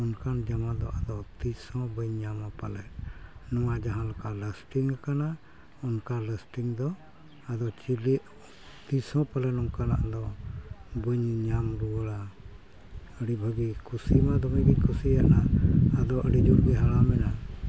ᱚᱱᱠᱟᱱ ᱡᱟᱢᱟ ᱫᱚ ᱟᱫᱚ ᱛᱤᱥ ᱦᱚᱸ ᱵᱟᱹᱧ ᱧᱟᱢᱟ ᱯᱟᱞᱮᱫ ᱱᱚᱣᱟ ᱡᱟᱦᱟᱸ ᱞᱮᱠᱟ ᱞᱟᱥᱴᱤᱝ ᱠᱟᱱᱟ ᱚᱱᱠᱟ ᱞᱟᱥᱴᱤᱝ ᱫᱚ ᱟᱫᱚ ᱪᱮᱞᱮᱫ ᱛᱤᱥ ᱦᱚᱸ ᱯᱟᱞᱮᱱ ᱱᱚᱝᱠᱟᱱᱟᱜ ᱫᱚ ᱵᱟᱹᱧ ᱧᱟᱢ ᱨᱩᱭᱟᱹᱲᱟ ᱟᱹᱰᱤ ᱵᱷᱟᱹᱜᱤ ᱠᱩᱥᱤᱢᱟ ᱫᱚᱢᱮ ᱜᱮᱧ ᱠᱩᱥᱤ ᱟᱫᱟ ᱟᱫᱚ ᱟᱹᱰᱤ ᱡᱳᱨ ᱜᱮ ᱦᱟᱲᱟᱢᱮᱱᱟ